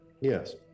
Yes